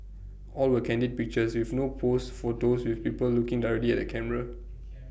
all were candid pictures with no posed photos with people looking directly at the camera